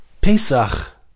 Pesach